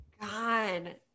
God